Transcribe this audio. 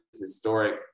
historic